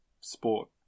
sport